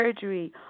surgery